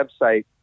website